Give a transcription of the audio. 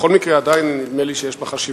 בכל מקרה, אני חושב שעדיין יש לה חשיבות.